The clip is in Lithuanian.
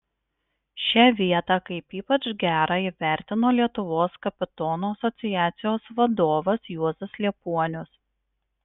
šią vietą kaip ypač gerą įvertino lietuvos kapitonų asociacijos vadovas juozas liepuonius